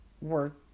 work